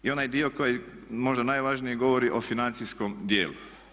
I onaj dio koji možda najvažnije govori o financijskom dijelu.